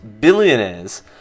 billionaires